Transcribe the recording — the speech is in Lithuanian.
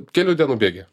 kelių dienų bėgyje